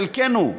חלקנו,